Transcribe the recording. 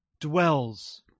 dwells